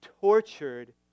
tortured